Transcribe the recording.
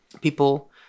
People